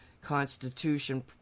Constitution